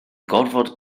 gorfod